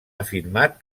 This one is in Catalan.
afirmat